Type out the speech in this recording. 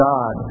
God